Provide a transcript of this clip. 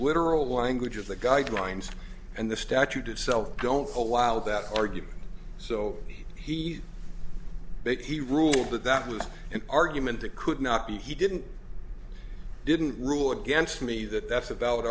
literal language of the guidelines and the statute itself don't allow that argument so he made he ruled that that was an argument that could not be he didn't didn't rule against me that that's a valid